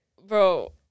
bro